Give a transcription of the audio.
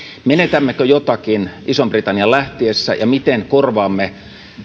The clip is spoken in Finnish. menetämmekö jotakin ison britannian lähtiessä ja miten korvaamme